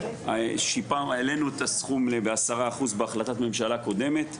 העלינו הסכום ב 10% בהחלטת ממשלה קודמת.